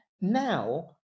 now